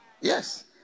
Yes